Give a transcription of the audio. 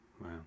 Wow